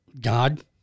God